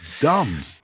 dumb